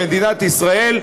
במדינת ישראל,